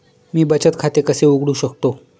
मी बचत खाते कसे उघडू शकतो?